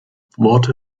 worte